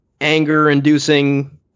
anger-inducing